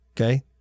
Okay